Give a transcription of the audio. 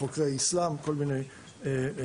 חוקרי איסלם ועוד כל מיני נושאים.